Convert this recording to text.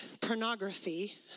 pornography